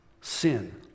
sin